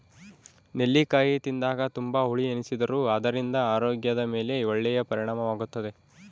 ನೆಲ್ಲಿಕಾಯಿ ತಿಂದಾಗ ತುಂಬಾ ಹುಳಿ ಎನಿಸಿದರೂ ಅದರಿಂದ ಆರೋಗ್ಯದ ಮೇಲೆ ಒಳ್ಳೆಯ ಪರಿಣಾಮವಾಗುತ್ತದೆ